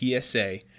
PSA